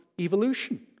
evolution